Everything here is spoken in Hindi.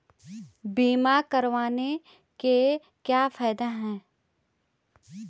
बीमा करवाने के क्या फायदे हैं?